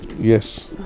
yes